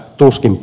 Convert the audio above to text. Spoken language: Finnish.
tuskinpa